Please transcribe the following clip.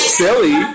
silly